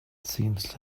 seems